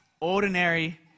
ordinary